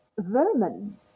vermin